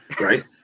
right